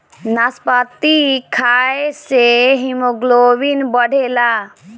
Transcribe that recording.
नाशपाती खाए से हिमोग्लोबिन बढ़ेला